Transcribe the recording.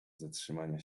zatrzymania